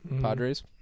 Padres